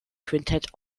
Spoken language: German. quintett